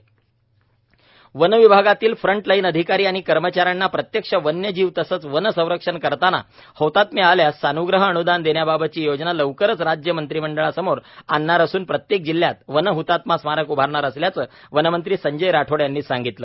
one ह्तात्मा दिन गडचिरोली यवतमाळ नागपूर वन विभागातील फ्रंटलाइन अधिकारी आणि कर्मचाऱ्यांना प्रत्यक्ष वन्यजीव तसंच वन संरक्षण करताना हौतात्म्य आल्यास सान्ग्रह अन्दान देण्याबाबतची योजना लवकरच राज्य मंत्रिमंडळासमोर आणणार असून प्रत्येक जिल्ह्यात वन हतात्मा स्मारक उभारणार असल्याचे वन मंत्री संजय राठोड यांनी सांगितले